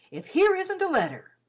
if here isn't a letter!